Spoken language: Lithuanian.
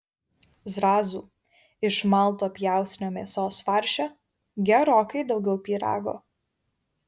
zrazų iš malto pjausnio mėsos farše gerokai daugiau pyrago